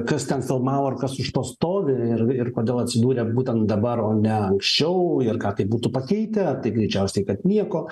kas ten filmavo ir kas už to stovi ir ir kodėl atsidūrė būtent dabar o ne anksčiau ir ką tai būtų pakeitę tai greičiausiai kad nieko